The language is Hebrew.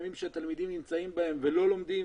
ימים שהתלמידים נמצאים בהם ולא לומדים,